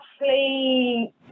Roughly